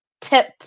tip